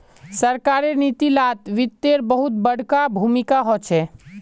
सरकारेर नीती लात वित्तेर बहुत बडका भूमीका होचे